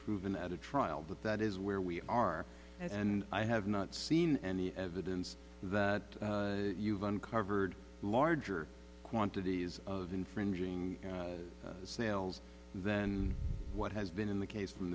proven at a trial but that is where we are and i have not seen any evidence that you've uncovered larger quantities of infringing sales than what has been the case from